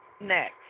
Next